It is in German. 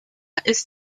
ist